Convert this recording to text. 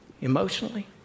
emotionally